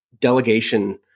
delegation